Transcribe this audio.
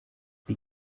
die